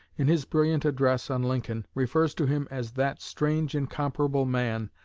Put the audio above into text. in his brilliant address on lincoln, refers to him as that strange, incomparable man,